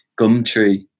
gumtree